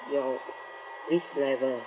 your risk level